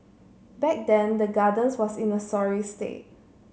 back then the Gardens was in a sorry state